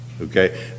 Okay